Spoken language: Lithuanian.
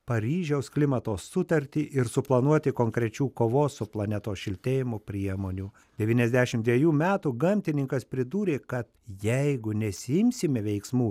paryžiaus klimato sutartį ir suplanuoti konkrečių kovos su planetos šiltėjimu priemonių devyniasdešim dvejų metų gamtininkas pridūrė kad jeigu nesiimsime veiksmų